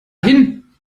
hin